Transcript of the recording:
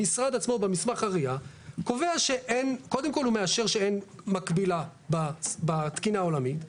המשרד עצמו במסמך ה-RIA קודם כל הוא מאשר שאין מקבילה בתקינה העולמית.